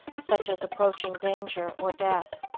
such as approaching danger or death.